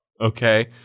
okay